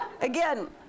again